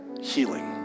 healing